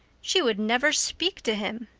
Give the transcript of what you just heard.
she would never speak to him!